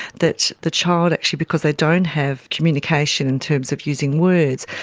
that the child actually because they don't have communication in terms of using words,